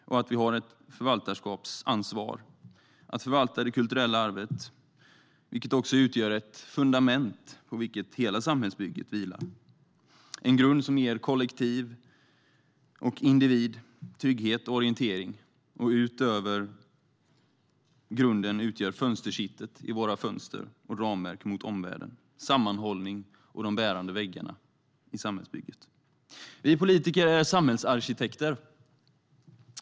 Vi har ett ansvar att förvalta det kulturella arvet, som utgör fundamentet på vilket hela samhällsbygget vilar. Det är en grund som ger kollektiv och individ trygghet och orientering och som utöver att utgöra grunden utgör kittet i våra fönster och ramverk mot omvärlden, sammanhållningen och de bärande väggarna i samhällsbygget. Vi politiker är samhällsarkitekter.